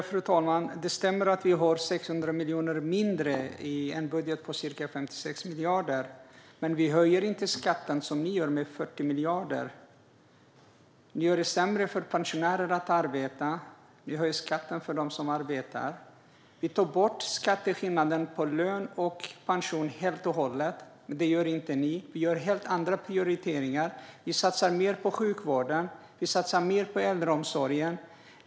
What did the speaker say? Fru talman! Det stämmer att vi har 600 miljoner mindre i en budget på ca 56 miljarder. Men vi höjer inte skatten med 40 miljarder, som ni gör. Ni gör det sämre för pensionärer att arbeta. Ni höjer skatten för dem som arbetar. Vi tog bort skatteskillnaden mellan lön och pension helt och hållet, men det gör inte ni. Vi gör helt andra prioriteringar. Vi satsar mer på sjukvården. Vi satsar mer på äldreomsorgen.